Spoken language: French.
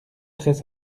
très